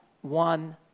One